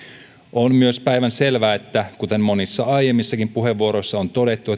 on myös päivänselvää kuten monissa aiemmissakin puheenvuoroissa on todettu